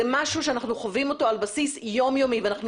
זה משהו שאנחנו חווים אותו על בסיס יומיומי ואנחנו